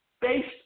based